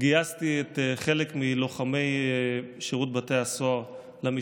גייסתי את חלק מלוחמי שירות בתי הסוהר למשטרה,